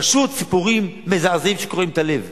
פשוט סיפורים מזעזעים שקורעים את הלב,